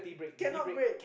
cannot break